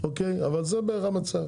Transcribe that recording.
אבל זה בערך המצב.